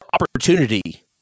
opportunity